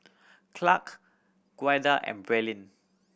Clark Ouida and Braylen